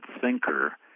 thinker